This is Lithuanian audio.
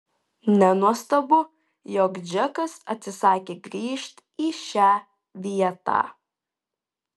nenuostabu jog džekas atsisakė grįžt į šią vietą